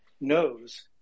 knows